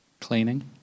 Cleaning